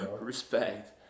Respect